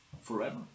Forever